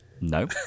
No